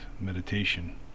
meditation